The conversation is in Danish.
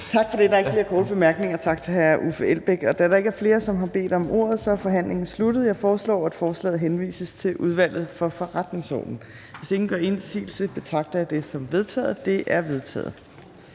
Tak for det. Der er ikke flere korte bemærkninger. Tak til hr. Uffe Elbæk. Da der ikke er flere, der har bedt om ordet, er forhandlingen sluttet. Jeg foreslår, at forslaget henvises til Udvalget for Forretningsordenen. Hvis ingen gør indsigelse, betragter jeg dette som vedtaget. Det er vedtaget.